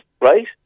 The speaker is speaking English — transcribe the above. right